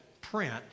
print